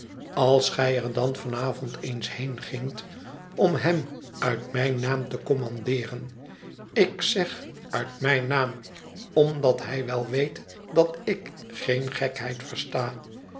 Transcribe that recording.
als gij er dan van avond eens heen gingt om hem uit mijn naam te kommandeeren ik zeg uit mijn naam omdat hij wel weet dat ik geen gekheid versta